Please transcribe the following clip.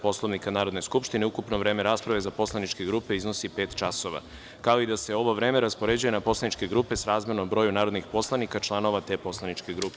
Poslovnika Narodne skupštine, ukupno vreme rasprave za poslaničke grupe iznosi pet časova, kao i da se ovo vreme raspoređuje na poslaničke grupe srazmerno broju narodnih poslanika članova te poslaničke grupe.